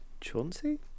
Chauncey